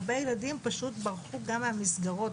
הרבה ילדים פשוט ברחו מהמסגרות,